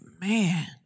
man